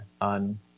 on